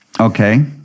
Okay